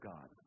God